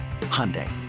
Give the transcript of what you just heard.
Hyundai